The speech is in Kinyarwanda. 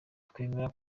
twemera